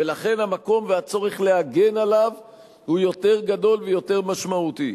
ולכן המקום והצורך להגן עליו הוא יותר גדול ויותר משמעותי.